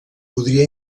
podria